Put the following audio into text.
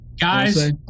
Guys